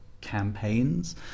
campaigns